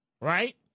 right